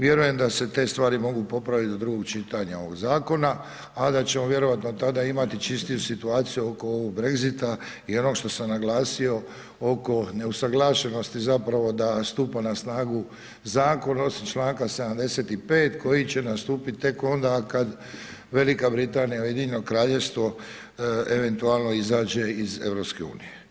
Vjerujem da se te stvari mogu popraviti do drugog čitanja ovog zakona, a da ćemo vjerojatno tada imati čistinu situaciju oko ovog Brexita i ono što sam naglasio oko neusuglašenosti zapravo da stupa na snagu zakon osim čl. 75. koji će nastupiti tek onda kada Velika Britanija i Ujedinjeno Kraljevstvo, eventualno izađe iz EU.